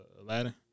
Aladdin